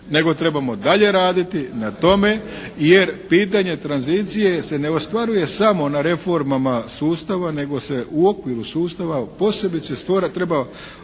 Nego trebamo dalje raditi na tome jer pitanje tranzicije se ne ostvaruje samo na reformama sustava nego se u okviru sustava a posebice … /Govornik